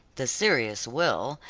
the serious will,